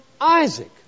Isaac